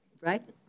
right